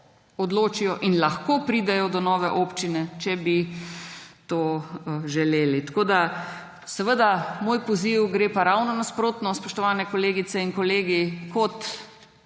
odločijo in lahko pridejo do nove občine, če bi to želeli. Seveda moj poziv gre pa ravno nasprotno, spoštovani kolegice in kolegi. Kot